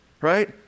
right